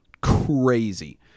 crazy